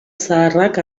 zaharrak